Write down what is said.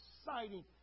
exciting